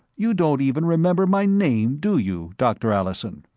you don't even remember my name, do you, dr. allison?